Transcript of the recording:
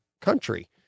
country